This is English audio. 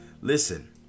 Listen